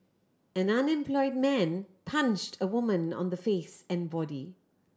an unemployed man punched a woman on the face and body